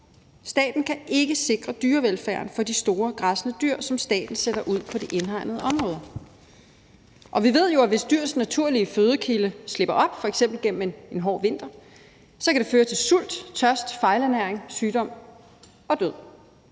Staten kan ikke sikre dyrevelfærden for de store græssende dyr, som staten sætter ud på de indhegnede områder, og vi ved jo, at det, hvis dyrs naturlige fødekilde slipper op, f.eks. gennem en hård vinter, så kan føre til sult, tørst, fejlernæring, sygdom og død.